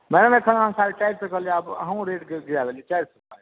madam अखन अहाँ साढ़ेचारि सए कहलियै आब अहुँ रेट गिरा देलियै चारि सए